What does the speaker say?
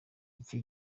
icyo